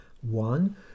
One